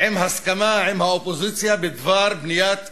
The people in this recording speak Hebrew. עם הסכמה עם האופוזיציה בדבר בניית